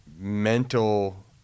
mental